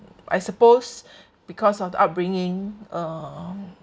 I suppose because of the upbringing um